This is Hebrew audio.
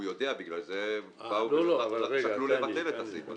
הוא יודע, בגלל זה שקלו לבטל את הסעיף הזה.